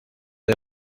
del